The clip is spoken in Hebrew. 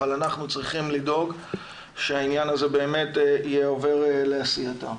אבל אנחנו צריכים לדאוג שהעניין הזה באמת יהיה עובר לעשייתם.